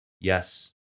yes